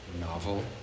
novel